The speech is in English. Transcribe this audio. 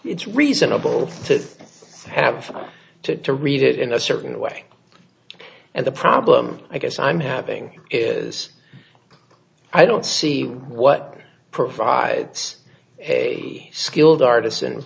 it's reasonable to have to to read it in a certain way and the problem i guess i'm having is i don't see what provides a skilled artis